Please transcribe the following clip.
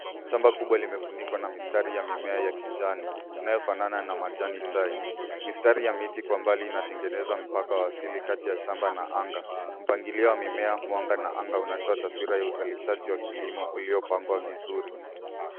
Shamba kubwa limefunikwa na mistari ya mimea ya kijani inayofanana na majanichai. Mistari ya miti kwa mbali inatengeneza mpaka wa asili kati ya shamba na anga. Mpangilio wa mimea, mwanga na anga unaotoa taswira ya uzalishaji wa kilimo uliopangwa vizuri.